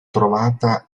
trovata